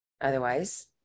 Otherwise